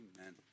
amen